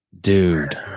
Dude